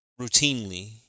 routinely